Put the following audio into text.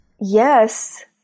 Yes